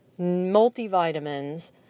multivitamins